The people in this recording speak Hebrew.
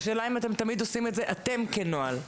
השאלה היא אם אתם תמיד עושים את זה, אתם, כנוהל.